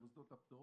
במוסדות הפטור,